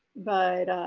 but